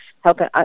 helping